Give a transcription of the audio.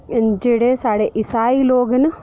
जेह्ड़े साढ़ा इसाई लोक न